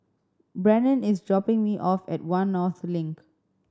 Brennen is dropping me off at One North Link